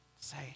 Say